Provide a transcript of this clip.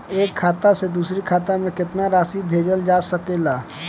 एक खाता से दूसर खाता में केतना राशि भेजल जा सके ला?